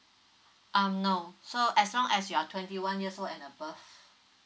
um no so as long as you're twenty one years old and above